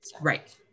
Right